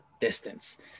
distance